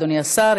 אדוני השר,